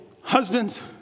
Husbands